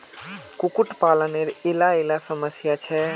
कुक्कुट पालानेर इला इला समस्या छे